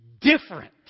different